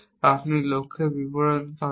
আপনি একটি লক্ষ্যের বিবরণ পাবেন